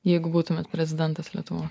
jeigu būtumėt prezidentas lietuvoj